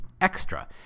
extra